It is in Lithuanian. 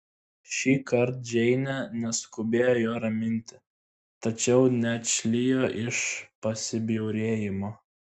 šįkart džeinė neskubėjo jo raminti tačiau neatšlijo iš pasibjaurėjimo